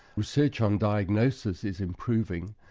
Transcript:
research on diagnosis is improving,